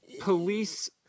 police